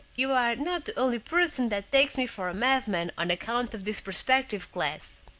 you are not the only person that takes me for a madman on account of this perspective glass.